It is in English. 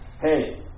hey